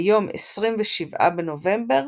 ביום 27 בנובמבר